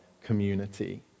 community